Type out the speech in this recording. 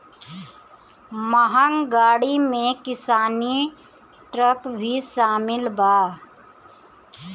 महँग गाड़ी में किसानी ट्रक भी शामिल बा